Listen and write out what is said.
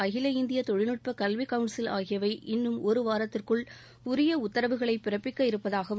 அகில இந்திய தொழில்நுட்பக் கல்வி கவுன்சில் ஆகியவை இன்னும் ஒரு வாரத்திற்குள் உரிய உத்தரவுகளை பிறப்பிக்க இருப்பதாகவும்